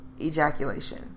ejaculation